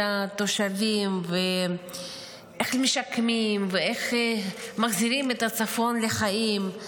התושבים ואיך משקמים ואיך מחזירים את הצפון לחיים.